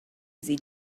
easy